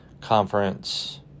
conference